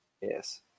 Yes